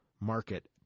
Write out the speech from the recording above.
market